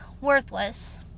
worthless